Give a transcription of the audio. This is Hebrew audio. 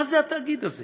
מה זה התאגיד הזה?